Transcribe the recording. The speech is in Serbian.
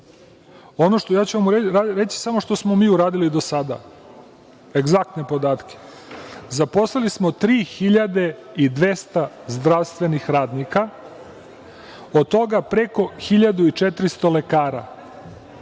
godina. Ja ću vam reći samo šta smo mi uradili do sada, egzaktne podatke. Zaposlili smo 3.200 zdravstvenih radnika, od toga preko 1.400 lekara,